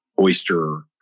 oyster